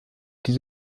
die